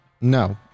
No